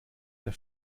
der